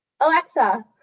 Alexa